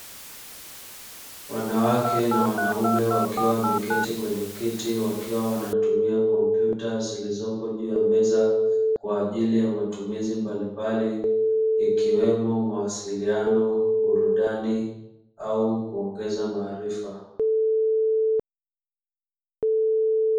Wanawake na wanaume wakiwa wameketi kwenye kiti wakiwa wanatumia kompyuta zilizopo juu ya meza kwa ajili ya matumizi mbalimbali, ikiwemo mawasiliano burudani au kuongeza maarifa.